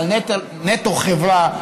"נטו חברה",